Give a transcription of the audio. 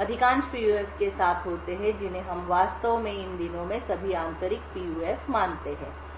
अधिकांश PUF के साथ होते हैं जिन्हें हम वास्तव में इन दिनों में सभी आंतरिक PUF मानते हैं